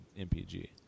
MPG